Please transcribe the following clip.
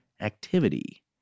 activity